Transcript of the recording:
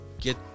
get